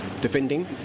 defending